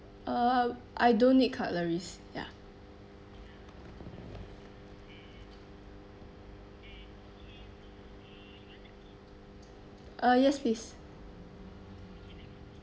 uh I don't need cutleries ya uh yes please